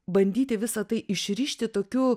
bandyti visa tai išrišti tokiu